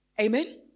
Amen